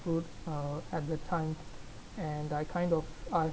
rude uh at the time and I kind of uh